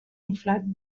inflat